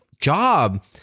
job